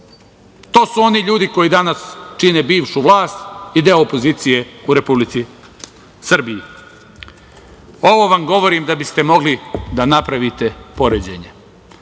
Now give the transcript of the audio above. To su oni ljudi koji danas čine bivšu vlast i deo opozicije u Republici Srbiji. Ovo vam govorim da bi ste mogli da napravite poređenje. Sa